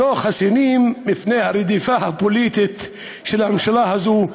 לא חסינים בפני הרדיפה הפוליטית של הממשלה הזו,